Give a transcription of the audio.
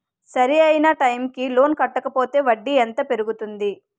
సరి అయినా టైం కి లోన్ కట్టకపోతే వడ్డీ ఎంత పెరుగుతుంది?